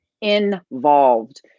involved